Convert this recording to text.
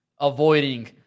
avoiding